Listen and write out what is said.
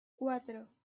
cuatro